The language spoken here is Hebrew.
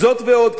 זאת ועוד,